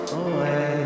away